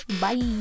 bye